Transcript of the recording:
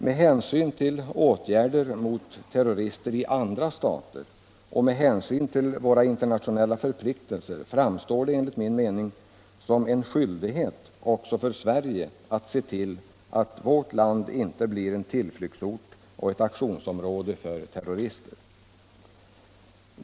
Med hänsyn till åtgärder mot terrorister i andra stater och med hänsyn till våra internationella förpliktelser framstår det enligt min mening som en skyldighet också för Sverige att se till att vårt land inte blir en tillflyktsort och ett aktionsområde för terrorister.